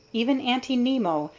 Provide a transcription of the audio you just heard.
even aunty nimmo,